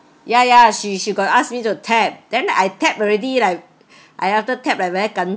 ya ya she she got ask me to tap then I tapped already like I after tap like very kan